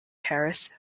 paris